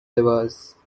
devas